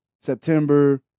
September